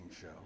show